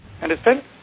Understand